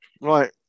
Right